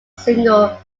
single